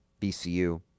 BCU